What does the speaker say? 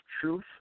truth